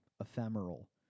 Ephemeral